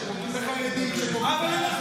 הזה, שפוגעים בחרדים, שפוגעים בערבים.